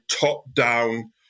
top-down